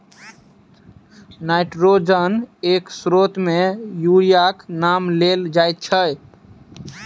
नाइट्रोजनक एक स्रोत मे यूरियाक नाम लेल जाइत छै